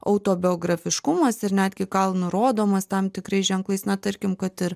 autobiografiškumas ir netgi gal nurodomas tam tikrais ženklais na tarkim kad ir